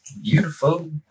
Beautiful